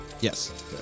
Yes